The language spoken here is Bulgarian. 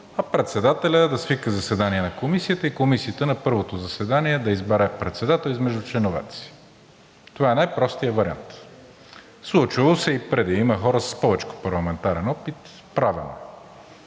а председателят да свика заседание на комисията и комисията на първото заседание да избере председател измежду членовете си. Това е най-простият вариант. Случвало се е и преди, има хора с повечко парламентарен опит, правено е.